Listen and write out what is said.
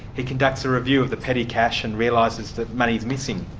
he conducts a review of the petty cash and realises that money's missing.